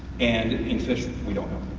and in fish, we don't know,